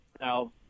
Now